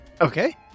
Okay